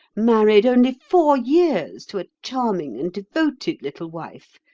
married only four years to a charming and devoted little wife,